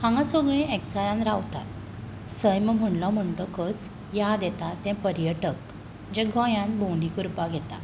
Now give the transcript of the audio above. हांगा सगळीं एकचारान रावतात सैम म्हणलो म्हणटकच याद येता ते पर्यटक जे गोंयांत भोंवडी करपाक येतात